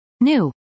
New